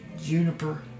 Juniper